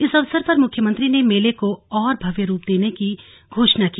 इस अवसर पर मुख्यमंत्री ने मेले को और भव्य रूप दिये जाने की घोषणा की